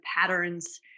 patterns